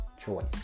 choice